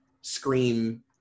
Scream